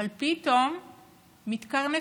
אבל פתאום מתקרנפים,